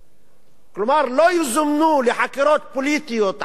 כלומר, לא יזומנו לחקירות פוליטיות על מחאה